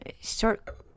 short